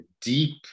deep